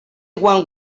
one